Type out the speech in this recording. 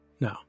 No